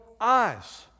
eyes